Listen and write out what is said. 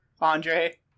Andre